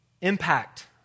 impact